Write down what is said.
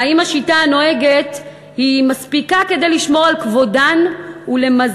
האם השיטה הנוהגת מספיקה כדי לשמור על כבודן ולמזער